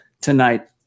tonight